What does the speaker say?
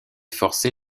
forcé